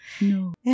No